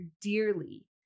dearly